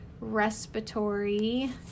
respiratory